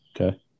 Okay